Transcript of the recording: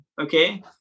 Okay